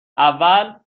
اول